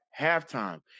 halftime